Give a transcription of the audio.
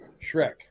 Shrek